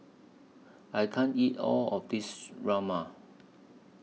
I can't eat All of This Rajma